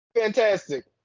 Fantastic